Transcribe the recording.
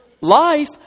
life